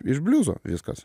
iš bliuzo viskas